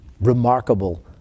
remarkable